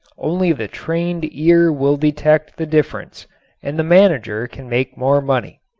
only the trained ear will detect the difference and the manager can make more money.